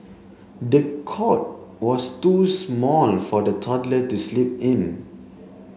the cot was too small for the toddler to sleep in